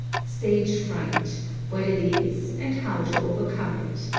stage fright what it is and how to overcome it